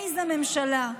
איזו ממשלה,